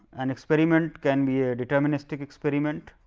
an experiment can be a deterministic experiment,